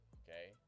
okay